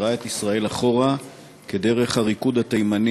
שמחזירה את ישראל אחורה כדרך הריקוד התימני